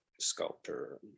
sculptor